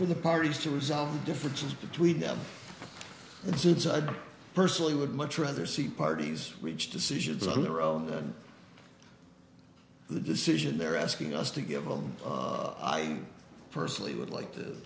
for the parties to resolve differences between them but since i personally would much rather see parties reach decisions on their own than the decision they're asking us to give them i personally would like to